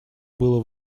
было